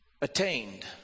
attained